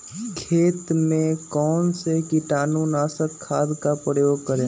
खेत में कौन से कीटाणु नाशक खाद का प्रयोग करें?